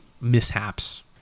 mishaps